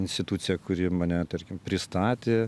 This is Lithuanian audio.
instituciją kuri mane tarkim pristatė